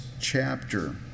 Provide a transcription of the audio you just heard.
chapter